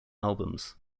albums